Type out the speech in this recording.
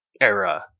era